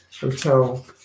Hotel